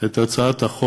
את הצעת החוק